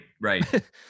right